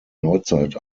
neuzeit